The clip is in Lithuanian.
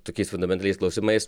tokiais fundamentaliais klausimais